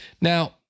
Now